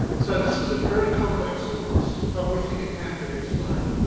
so this is a very complex illness. but we think it can be explained.